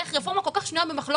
איך רפורמה כל כך שנויה במחלוקת